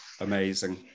amazing